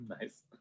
Nice